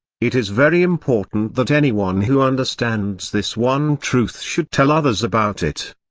it is very important that anyone who understands this one truth should tell others about it.